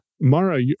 Mara